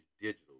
digital